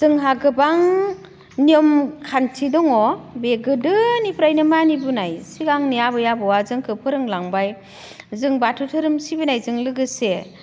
जोंहा गोबां नियम खान्थि दङ बे गोदोनिफ्रायनो मानिबोनाय सिगांनि आबै आबौआ जोंखो फोरोंलांबाय जों बाथौ धोरोम सिबिनायजों लोगोसे